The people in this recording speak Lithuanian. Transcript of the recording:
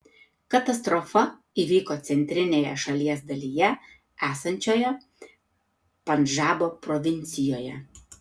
katastrofa įvyko centrinėje šalies dalyje esančioje pandžabo provincijoje